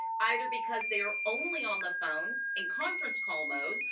either because they are only on the phone, in conference call mode,